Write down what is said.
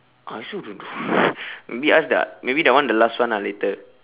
I also don't know maybe ask the maybe that one the last one ah later